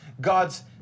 God's